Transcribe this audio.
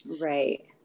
right